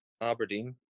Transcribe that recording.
Aberdeen